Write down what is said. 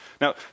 Now